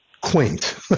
quaint